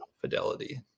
fidelity